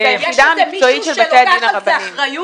יש איזה מישהו שלוקח על זה אחריות?